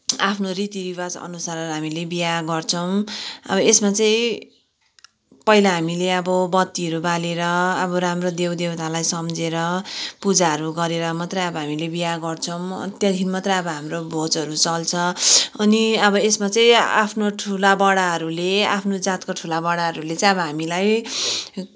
आफ्नो रीतिरिवाजअनुसार हामीले बिहा गर्छौँ अब यसमा चाहिँ पहिला हामीले अब बत्तीहरू बालेर अब राम्रो देवदेवतालाई सम्झेर पूजाहरू गरेर मात्रै अब हामीले बिहा गर्छौँ अन्त त्यहाँदेखि मात्रै अब हाम्रो भोजहरू चल्छ अनि अब यसमा चाहिँ आफ्नो ठुलाबडाहरूले आफ्नो जातको ठुलाबडाहरूले चाहिँ अब हामीलाई